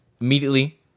immediately